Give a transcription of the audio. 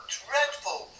dreadful